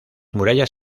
murallas